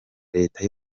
leta